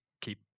keep